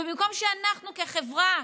ובמקום שאנחנו כחברה,